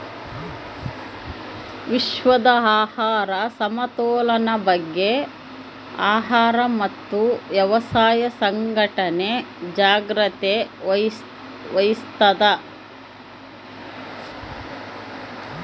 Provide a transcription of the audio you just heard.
ವಿಶ್ವದ ಆಹಾರ ಸಮತೋಲನ ಬಗ್ಗೆ ಆಹಾರ ಮತ್ತು ವ್ಯವಸಾಯ ಸಂಘಟನೆ ಜಾಗ್ರತೆ ವಹಿಸ್ತಾದ